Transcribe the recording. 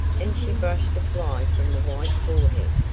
and she brushed a fly from the white forehead.